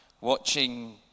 watching